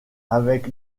avec